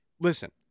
listen